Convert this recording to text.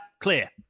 clear